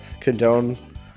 condone